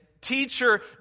Teacher